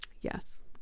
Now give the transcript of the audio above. yes